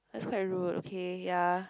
that's quite rude okay yea